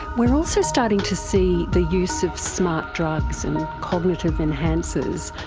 we are also starting to see the use of smart drugs and cognitive enhancers,